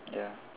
ya